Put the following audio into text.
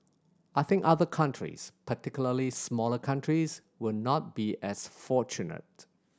I think other countries particularly smaller countries will not be as fortunate